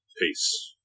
Peace